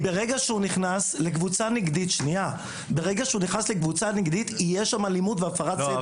כי ברגע שהוא נכנס לקבוצה נגדית תהיה שם אלימות והפרת סדר.